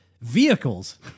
vehicles